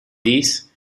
this